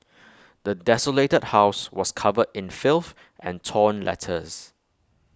the desolated house was covered in filth and torn letters